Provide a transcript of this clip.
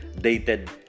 dated